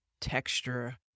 texture